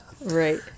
right